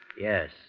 Yes